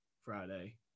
Friday